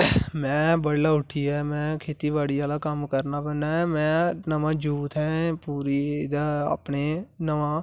में बडले उट्ठिये में खेती बाड़ी आह्ला कम्म करना कन्नै में नमां यूथ ऐं पूरे अपने नमां